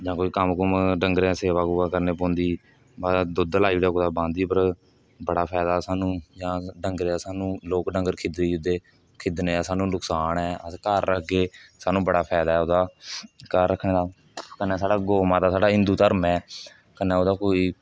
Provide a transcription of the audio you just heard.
जां कोई कम्म कम्म डंगरे दी सेवा सूवा करने पौंदी बाद च दुद्ध लाई ओड़ेओ कुदै बांदी उप्पर बड़ा फायदा ऐ सानूं जां डंगरे दा सानूं लोक डंगर खिद्दी ओड़दे खिद्दने दा सानूं नकसान ऐ अस घर रखगे सानूं बड़ा फायदा ऐ ओह्दा घर रक्खने दा कन्नै साढ़ा गौ माता साढ़ा हिन्दु धर्म ऐ कन्नै ओहदा कोई